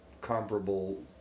comparable